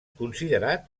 considerat